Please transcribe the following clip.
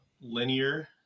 linear